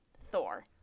Thor